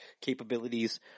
capabilities